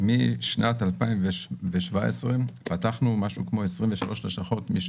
משנת 2017 פתחנו משהו כמו 23 לשכות.